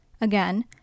Again